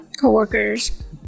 coworkers